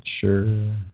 sure